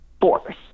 force